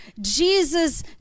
Jesus